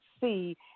see